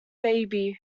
baby